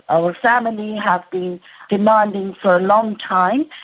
our family have been demanding for a long time,